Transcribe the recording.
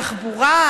תחבורה,